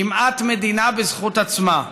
כמעט מדינה בזכות עצמה.